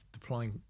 deploying